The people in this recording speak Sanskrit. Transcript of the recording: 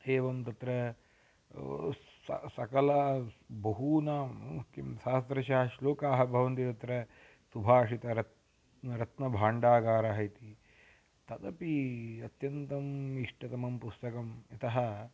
एवं तत्र स सकलं बहूनां किं सहस्रशाः श्लोकाः भवन्ति तत्र सुभाषितरत्नं रत्नभाण्डागारः इति तदपि अत्यन्तम् इष्टतमं पुस्तकम् यतः